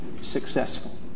successful